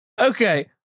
Okay